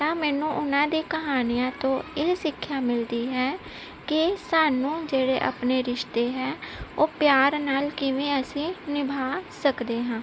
ਤਾਂ ਮੈਨੂੰ ਉਹਨਾਂ ਦੀ ਕਹਾਣੀਆਂ ਤੋਂ ਇਹ ਸਿੱਖਿਆ ਮਿਲਦੀ ਹੈ ਕਿ ਸਾਨੂੰ ਜਿਹੜੇ ਆਪਣੇ ਰਿਸ਼ਤੇ ਹੈ ਉਹ ਪਿਆਰ ਨਾਲ ਕਿਵੇਂ ਅਸੀਂ ਨਿਭਾਅ ਸਕਦੇ ਹਾਂ